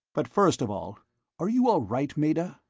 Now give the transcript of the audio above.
but first of all are you all right, meta?